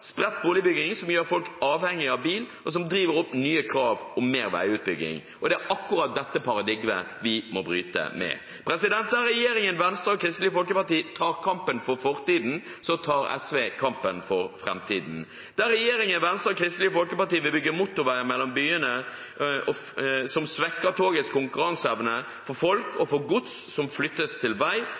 Spredt boligbygging gjør folk avhengig av bil og driver opp nye krav om mer veibygging, og det er akkurat dette paradigmet vi må bryte med. Der regjeringen, Venstre og Kristelig Folkeparti tar kampen for fortiden, tar SV kampen for framtiden. Der regjeringen, Venstre og Kristelig Folkeparti vil bygge motorvei mellom byene, noe som svekker togets konkurranseevne for folk og for gods, som flyttes til vei,